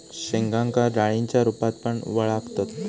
शेंगांका डाळींच्या रूपात पण वळाखतत